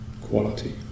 quality